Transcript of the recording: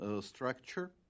structure